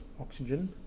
oxygen